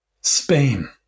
Spain